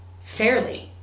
fairly